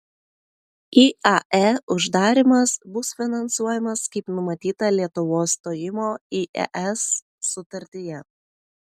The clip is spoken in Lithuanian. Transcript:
iae uždarymas bus finansuojamas kaip numatyta lietuvos stojimo į es sutartyje